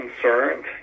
concerned